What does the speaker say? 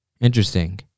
Interesting